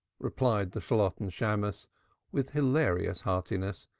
replied the shalotten shammos with hilarious heartiness,